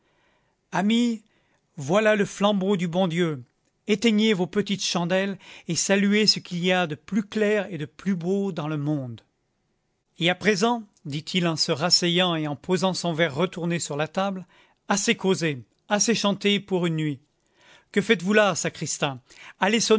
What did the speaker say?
amis voilà le flambeau du bon dieu éteignez vos petites chandelles et saluez ce qu'il y a de plus clair et de plus beau dans le monde et à présent dit-il en se rasseyant et en posant son verre retourné sur la table assez causé assez chanté pour une nuit que faites-vous là sacristain